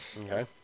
Okay